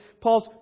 Paul's